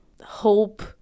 hope